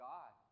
God